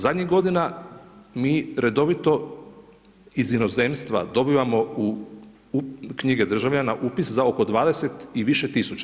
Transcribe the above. Zadnjih godina mi redovito iz inozemstva dobivamo u knjige državljana upis za oko 20 i više tisuća.